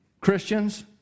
Christians